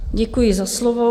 Děkuji za slovo.